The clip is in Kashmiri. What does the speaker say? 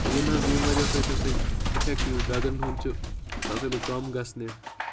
ییٚمہِ حظ ییٚمہِ وجہ سۭتۍ ہَسا یہِ اِفٮ۪کٹ یُس ڈرٛگَن ہُنٛد چھِ سُہ ہَسا لوٚگ کَم گژھنہِ